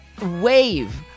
wave